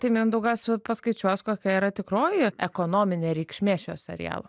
tai mindaugas paskaičiuos kokia yra tikroji ekonominė reikšmė šio serialo